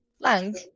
blank